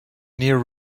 near